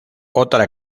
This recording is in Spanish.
otra